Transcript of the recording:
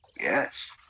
Yes